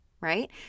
right